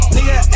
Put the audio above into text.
Nigga